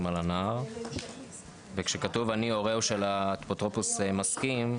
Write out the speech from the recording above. וכשכתוב אני הורהו של האפוטרופוס מסכים.